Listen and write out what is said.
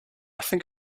think